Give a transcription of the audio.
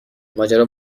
ماجرا